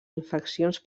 infeccions